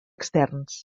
externs